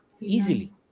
Easily